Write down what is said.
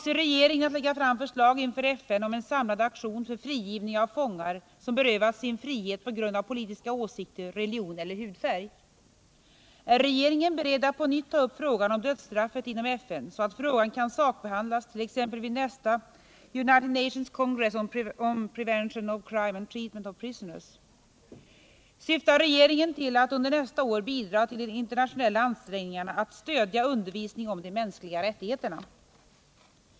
Avser regeringen att lägga fram förslag inför FN om en samlad aktion för frigivning av fångar, som berövats sin frihet på grund av politiska åsikter, religion eller hudfärg? 3. Är regeringen beredd att på nytt ta upp frågan om dödsstraffet inom FN, så att frågan kan sakbehandlats t.ex. vid nästa United Nations Congress on Prevention of Crime and Treatment of Prisoners ? 4. Syftar regeringen till att under nästa år bidra till de internationella ansträngningarna att stödja undervisning om de mänskliga rättigheterna?